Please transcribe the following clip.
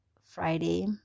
Friday